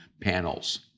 panels